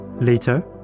later